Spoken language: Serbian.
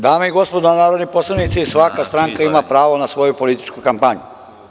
Dame i gospodo narodni poslanici, svaka stranka ima pravo na svoju političku kampanju.